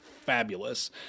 fabulous